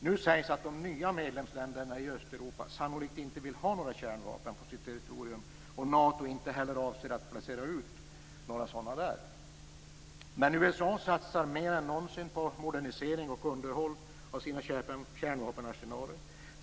Nu sägs att de nya medlemsländerna i Östeuropa sannolikt inte vill ha några kärnvapen på sitt territorium och att Nato inte heller avser att placera ut några sådana där. Men USA satsar mer än någonsin på modernisering och underhåll av sina kärnvapenarsenaler.